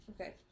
Okay